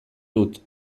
dut